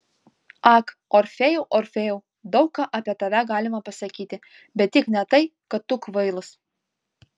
ak orfėjau orfėjau daug ką apie tave galima pasakyti bet tik ne tai kad tu kvailas